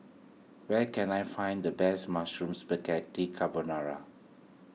where can I find the best Mushroom Spaghetti Carbonara